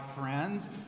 friends